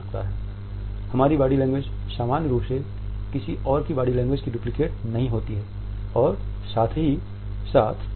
उन संस्कृतियों में जब लिंग समानता व्यावहारिक रूप से अस्तित्वहीन है तो हम पाते हैं कि इन रूढ़ियों की लोगों पर और विभिन्न स्थितियों में खास तौर पर अंतर सांस्कृतिक और अंतर जातीय स्थितियों में अधिक पकड़ है